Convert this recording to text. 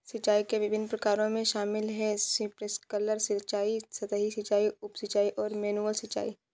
सिंचाई के विभिन्न प्रकारों में शामिल है स्प्रिंकलर सिंचाई, सतही सिंचाई, उप सिंचाई और मैनुअल सिंचाई